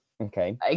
Okay